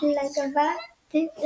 הטופוגרפיים ההרריים,